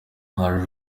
harry